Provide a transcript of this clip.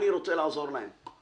אני רוצה לעזור להם.